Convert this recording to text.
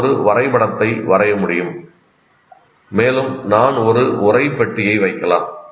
நான் ஒரு வரைபடத்தை வரைய முடியும் மேலும் நான் ஒரு உரைப்பெட்டியை வைக்கலாம்